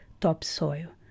topsoil